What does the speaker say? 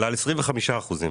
אלא על כ-25% מהתושבים,